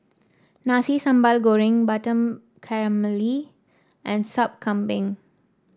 Nasi Sambal Goreng Butter Calamari and Sup Kambing